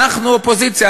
אנחנו אופוזיציה,